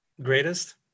greatest